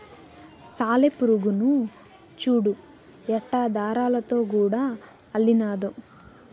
సాలెపురుగు చూడు ఎట్టా దారాలతో గూడు అల్లినాదో